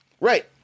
right